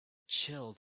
chill